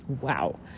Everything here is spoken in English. Wow